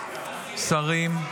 השרים,